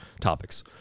topics